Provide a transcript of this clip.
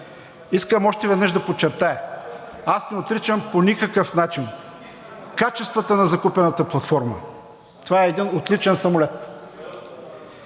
Искам още веднъж да подчертая – аз не отричам по никакъв начин качествата на закупената платформа. Това е един отличен самолет.